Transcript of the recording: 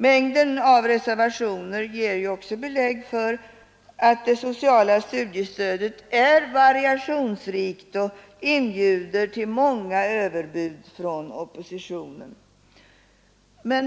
Mängden av reservationer ger ju också belägg för att det sociala studiestödet är variationsrikt och inbjuder till många överbud från oppositionen.